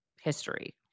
history